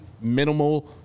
minimal